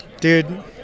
Dude